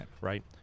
Right